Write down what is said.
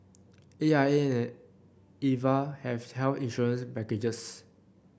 A I A and Aviva have health insurance packages